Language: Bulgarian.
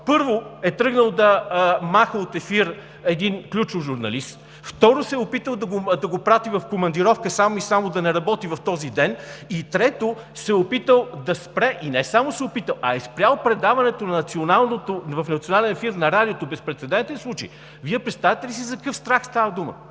първо, е тръгнал да маха от ефир един ключов журналист; второ, се е опитал да го прати в командировка само и само да не работи в този ден; и, трето, се е опитал да спре, и не само се е опитал, а е спрял предаването в национален ефир на Радиото, безпрецедентен случай, Вие представяте ли си за какъв страх става дума?!